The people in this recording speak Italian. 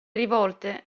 rivolte